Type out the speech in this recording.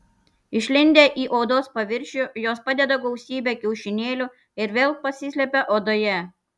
išlindę į odos paviršių jos padeda gausybę kiaušinėlių ir vėl pasislepia odoje